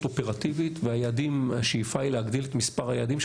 אופרטיבית והשאיפה היא להגדיל את מספר היעדים.